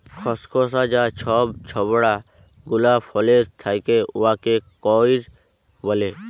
খসখসা যা ছব ছবড়া গুলা ফলের থ্যাকে উয়াকে কইর ব্যলে